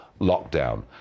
lockdown